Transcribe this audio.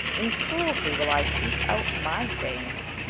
in cruelty, will i seeke out my fame.